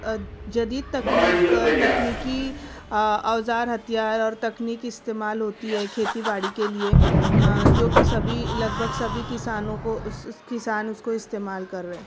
جدید تکنیک تکنیکی اوزار ہتھیار اور تنکیک استعمال ہوتی ہے کھیتی باڑی کے لیے جوکہ سبھی لگ بھگ سبھی کسانوں کو کسان اس کو استعمال کر رہے